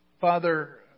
Father